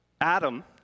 Adam